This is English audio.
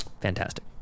fantastic